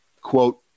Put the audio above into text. quote